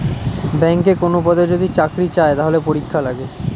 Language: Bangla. ব্যাংকে কোনো পদে যদি চাকরি চায়, তাহলে পরীক্ষা লাগে